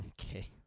Okay